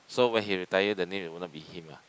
so when he retire the name it will not be him lah